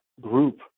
group